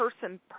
person